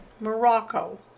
Morocco